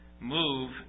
Move